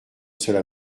cela